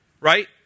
right